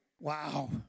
Wow